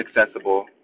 accessible